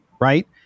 right